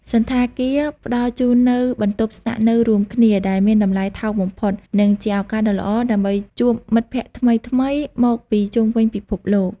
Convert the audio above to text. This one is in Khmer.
សណ្ឋាគារ ផ្តល់ជូននូវបន្ទប់ស្នាក់នៅរួមគ្នា ដែលមានតម្លៃថោកបំផុត និងជាឱកាសដ៏ល្អដើម្បីជួបមិត្តភក្តិថ្មីៗមកពីជុំវិញពិភពលោក។